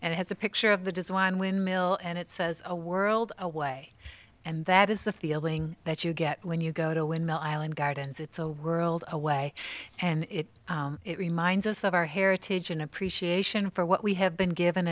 and has a picture of the does one windmill and it says a world away and that is the feeling that you get when you go to a windmill island gardens it's a world away and it reminds us of our heritage an appreciation for what we have been given